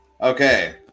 Okay